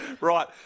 Right